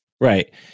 Right